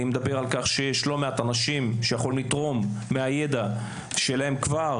יש לא מעט אנשים שיכולים לתרום מהידע שלהם כבר